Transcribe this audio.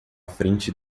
frente